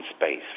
space